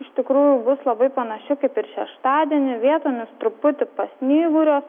iš tikrųjų bus labai panaši kaip ir šeštadienį vietomis truputį pasnyguriuos